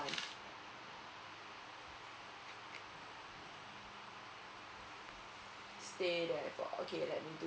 stay there for okay let me do